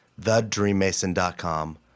thedreammason.com